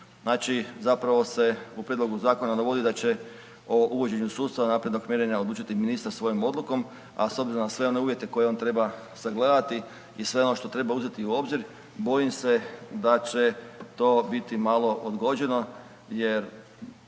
znači zapravo se u prijedlogu zakona … da će o uvođenju sustava naprednog mjerenja odlučiti ministar svojom odlukom, a s obzirom na sve one uvjete koje on treba sagledati i sve ono što treba uzeti u obzir bojim se da će to biti malo odgođeno jer